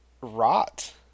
rot